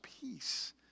peace